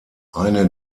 eine